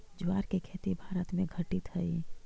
ज्वार के खेती भारत में घटित हइ